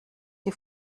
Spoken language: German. die